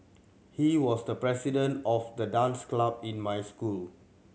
he was the president of the dance club in my school